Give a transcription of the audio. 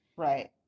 Right